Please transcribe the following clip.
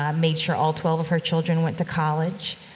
ah made sure all twelve of her children went to college,